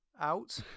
out